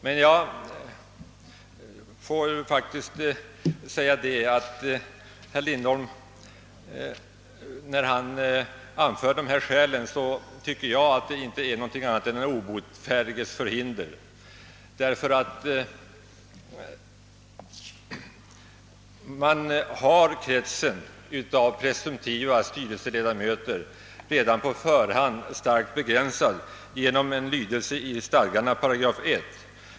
Men jag tycker faktiskt att det inte är annat än den obotfärdiges förhinder, när herr Lindholm anför dessa skäl. Kretsen av presumtiva styrelseledamöter är nämligen redan på förhand starkt begränsad genom en bestämmelse i 18 av stadgarna för institutet.